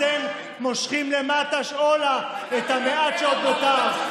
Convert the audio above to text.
אתם מושכים למטה, שאולה, את המעט שעוד נותר.